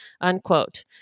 unquote